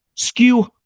skew